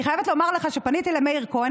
אני חייבת לומר לך שפניתי למאיר כהן